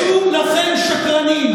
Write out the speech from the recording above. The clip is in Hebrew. תתביישו לכם, שקרנים.